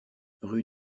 rue